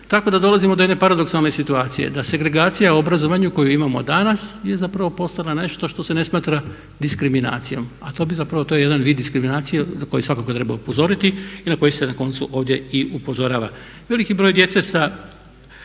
Tako da dolazimo do jedne paradoksalne situacije, da segregacija u obrazovanju koju imamo danas je zapravo postala nešto što se ne smatra diskriminacijom. A to bi zapravo, to je jedan vid diskriminacije na koji svakako treba upozoriti i na koji se na koncu ovdje i upozorava. Veliki broj djece sa